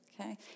Okay